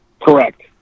Correct